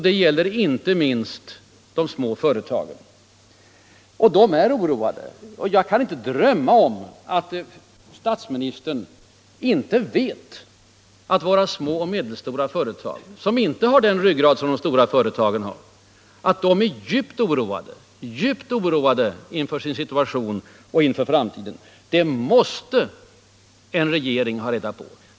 Det gäller inte minst de små företagen där man verkligen är oroad. Jag kan inte drömma om att statsministern inte vet att våra små och medelstora företag, som inte har den ekonomiska ryggrad de stora företagen har, är djupt oroade inför sin situation och inför framtiden. Det måste en regering ha reda på.